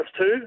two